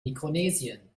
mikronesien